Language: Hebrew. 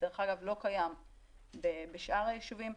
זה דרך אגב לא קיים בשאר היישובים.